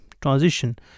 transition